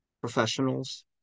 professionals